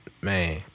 Man